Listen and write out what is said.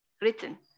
written